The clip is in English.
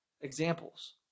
Examples